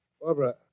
Barbara